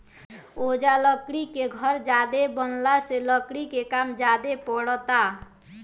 ओजा लकड़ी के घर ज्यादे बनला से लकड़ी के काम ज्यादे परता